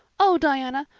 oh, diana,